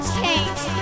change